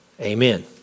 Amen